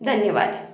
धन्यवाद